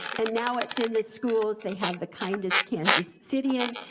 and now it's in the schools, they have the kindest kansas citian,